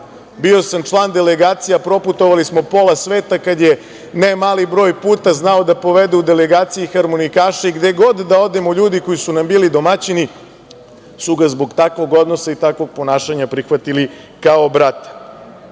Bio sam član delegacija, proputovali smo pola sveta kada je ne mali broj puta znao da povede u delegaciji harmonikaše. Gde god da odemo ljudi koji su nam bili domaćini su ga zbog takvog odnosa i takvog ponašanja prihvatili kao brata. Svaku